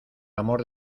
amor